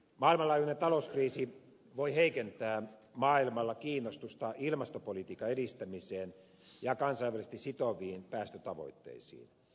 maailmanlaajuinen talouskriisi voi heikentää maailmalla kiinnostusta ilmastopolitiikan edistämiseen ja kansainvälisesti sitoviin päästötavoitteisiin